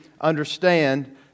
understand